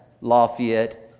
Lafayette